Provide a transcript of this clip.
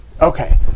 Okay